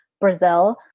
Brazil